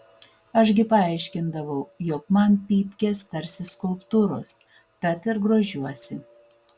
aš gi paaiškindavau jog man pypkės tarsi skulptūros tad ir grožiuosi